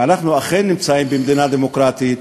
ואנחנו אכן נמצאים במדינה דמוקרטית,